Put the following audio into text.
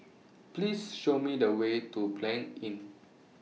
Please Show Me The Way to Blanc Inn